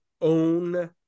own